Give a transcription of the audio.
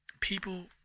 people